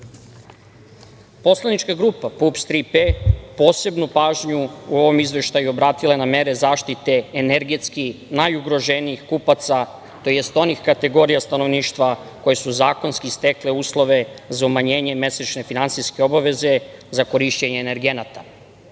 njih. Poslanička grupa PUPS „Tri P“ posebnu pažnju u ovom izveštaju obratila je na mere zaštite energetski najugroženijih kupaca, tj. onih kategorija stanovništva koje su zakonski stekle uslove za umanjenje mesečne finansijske obaveze za korišćenje energenata. Kao